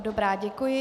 Dobrá, děkuji.